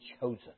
chosen